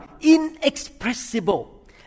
inexpressible